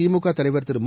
திமுக தலைவர் திரு மு